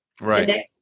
Right